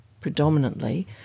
predominantly